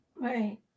Right